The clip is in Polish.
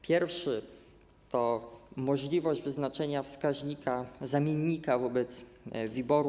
Pierwszy to możliwość wyznaczenia wskaźnika, zamiennika WIBOR-u.